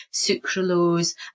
sucralose